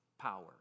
power